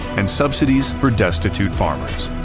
and subsidies for destitute farmers.